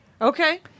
Okay